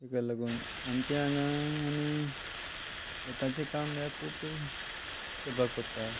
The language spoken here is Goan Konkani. ते ता का लागून आमचे हांगा आमी शेताचें काम म्हळ्यार खूब करपाक पडटा